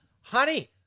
Honey